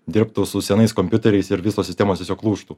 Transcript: dirbtų su senais kompiuteriais ir visos sistemos tiesiog lūžtų